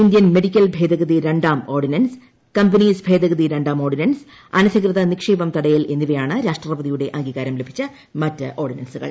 Indian medical ഭേദഗതി രണ്ടാം ordinance companies ഭേദഗതി രണ്ടാം ഓർഡിനൻസ് അനധികൃത നിക്ഷേപം തടയൽ എന്നിവയാണ് രാഷ്ട്രപതിയുടെ അംഗീകാരം ലഭിച്ച മറ്റു ഓർഡിനൻസുകൾ